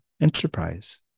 enterprise